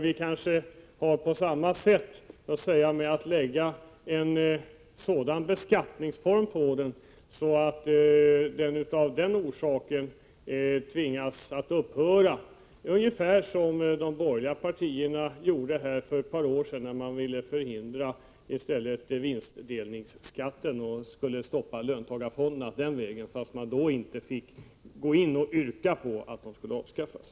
Vi kanske genom att lägga en sådan beskattningsform på den kan tvinga den att upphöra, ungefär på samma sätt som de borgerliga partierna skulle förhindra vinstdelningsskatten för att stoppa löntagarfonderna den vägen, när man inte fick gå in och yrka på att de skulle avskaffas.